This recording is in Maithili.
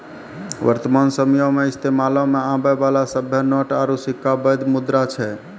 वर्तमान समयो मे इस्तेमालो मे आबै बाला सभ्भे नोट आरू सिक्का बैध मुद्रा छै